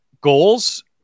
goals